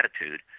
attitude